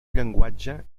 llenguatge